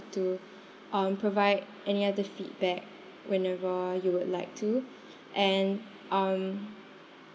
to um provide any other feedback whenever you would like to and um